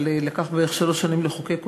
אבל לקח בערך שלוש שנים לחוקק אותו,